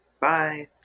Bye